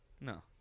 No